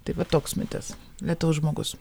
tai va toks mitas lietaus žmogus